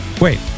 Wait